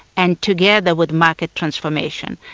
and together with market transformation,